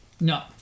No